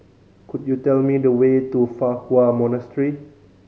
could you tell me the way to Fa Hua Monastery